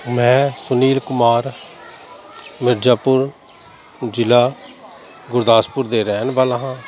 ਮੈਂ ਸੁਨੀਲ ਕੁਮਾਰ ਮਿਰਜ਼ਾਪੁਰ ਜ਼ਿਲ੍ਹਾ ਗੁਰਦਾਸਪੁਰ ਦਾ ਰਹਿਣ ਵਾਲਾ ਹਾਂ